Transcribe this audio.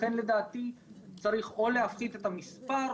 לכן לדעתי צריך או להפחית את המספר,